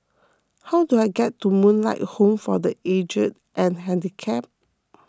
how do I get to Moonlight Home for the Aged and Handicapped